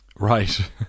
Right